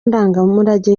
ndangamurage